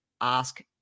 ask